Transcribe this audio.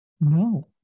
No